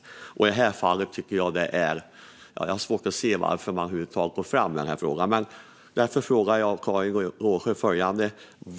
I det här fallet har jag svårt att se varför man över huvud taget går fram med frågan.